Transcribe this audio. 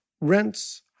rents